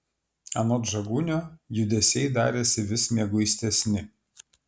anot žagunio judesiai darėsi vis mieguistesni